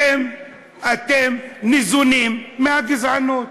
אתם ניזונים מהגזענות,